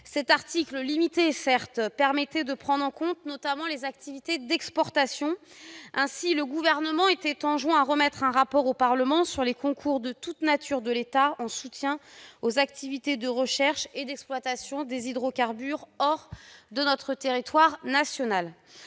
de portée limitée, certes, permettait de prendre en compte les activités d'exportation. Ainsi, le Gouvernement se voyait enjoindre de remettre un rapport au Parlement sur les concours de toute nature de l'État en soutien aux activités de recherche et d'exploitation des hydrocarbures hors du territoire national.